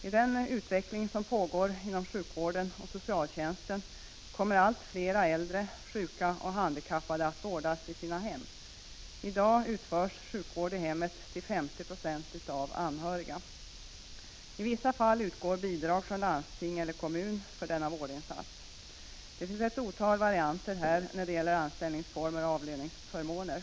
Med den utveckling som pågår inom sjukvården och socialtjänsten kommer allt fler äldre, sjuka och handikappade att vårdas i sina hem. I dag utförs sjukvård i hemmet till 50 70 av anhöriga. I vissa fall utgår bidrag från landsting eller kommun för denna vårdinsats. Det finns ett otal varianter här när det gäller anställningsformer och avlöningsförmåner.